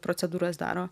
procedūras daro